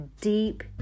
deep